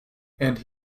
and